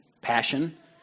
passion